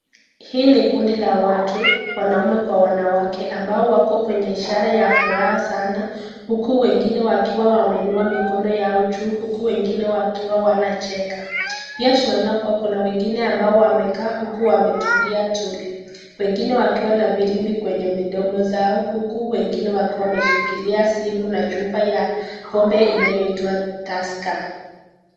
Hii ni kundi la watu wanaume kwa wanawake ambao wako kwenye ishara ya furaha sana, uku wengine wakiwa wameinua mikono yao juu uku wengine wakiwa wanacheka, pia tuna ona kuna wengine ambao wamekaa huku wametulia tuli. Wengine wakiwa na virimbi kwenye mdono zao uku wengine wakiwa wameshikilia simu na chupa ya ya pombe inayoitwa Tusker.